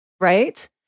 right